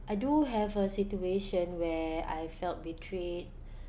I do have a situation where I felt betrayed